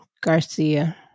Garcia